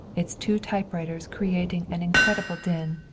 its two typewriters creating an incredible din,